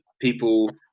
people